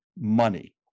money